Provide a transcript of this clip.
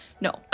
no